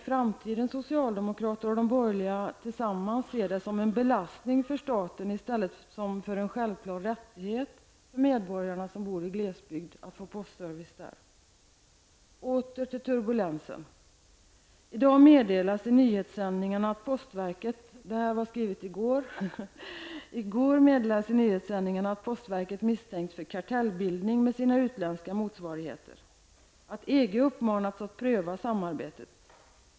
Skall socialdemokraterna och de borgerliga partierna i framtiden se denna som en belastning för staten i stället för som en självklar rättighet för medborgarna som bor i glesbygd att få postservice där? Åter till turbulensen. I går meddelades i nyhetssändningarna att postverket misstänks för ''kartellbildning'' med sina utländska motsvarigheter och att EG uppmanats att pröva samarbetet.